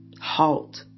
halt